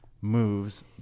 moves